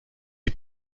die